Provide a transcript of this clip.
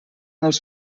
els